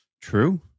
true